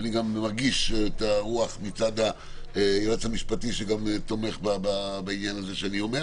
ואני גם מרגיש את הרוח מצד היועץ המשפטי שגם תומך בעניין הזה שאני אומר,